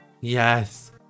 yes